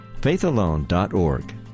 faithalone.org